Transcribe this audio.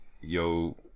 yo